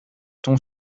ton